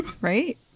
Right